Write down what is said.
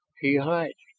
he hides,